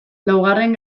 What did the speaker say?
laugarren